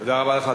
תודה רבה לך,